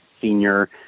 senior